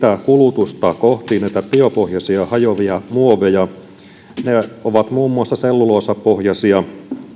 kulutusta vaikkapa kansainvälisen yhteistyön kautta kohti näitä biopohjaisia hajoavia muoveja ne ovat muun muassa selluloosapohjaisia